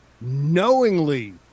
knowingly